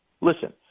Listen